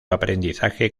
aprendizaje